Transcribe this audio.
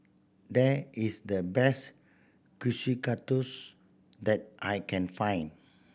there is the best Kushikatsu that I can find